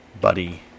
Buddy